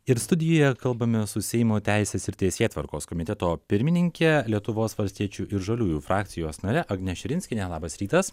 ir studijoje kalbamės su seimo teisės ir teisėtvarkos komiteto pirmininke lietuvos valstiečių ir žaliųjų frakcijos nare agne širinskiene labas rytas